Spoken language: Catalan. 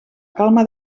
calma